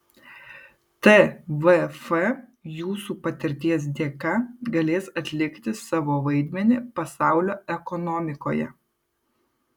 tvf jūsų patirties dėka galės atlikti savo vaidmenį pasaulio ekonomikoje